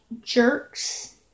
jerks